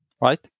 right